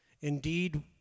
Indeed